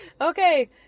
okay